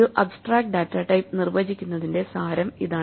ഒരു abstract data type നിർവചിക്കുന്നതിന്റെ സാരം ഇതാണ്